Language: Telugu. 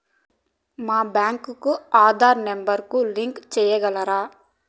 మా బ్యాంకు కు ఆధార్ నెంబర్ కు లింకు సేయగలరా?